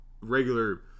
regular